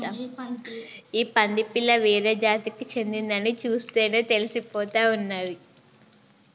ఈ పంది పిల్ల వేరే జాతికి చెందిందని చూస్తేనే తెలిసిపోతా ఉన్నాది